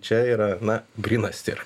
čia yra na grynas cir